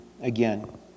again